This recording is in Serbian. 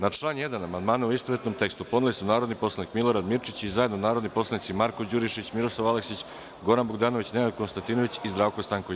Na član 1. amandmane u istovetnom tekstu, podneli su narodni poslanik Milorad Mirčić i zajedno narodni poslanici Marko Đurišić, Miroslav Aleksić, Goran Bogdanović, Nenad Konstantinović i Zdravko Stanković.